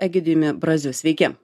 egidijumi braziu sveiki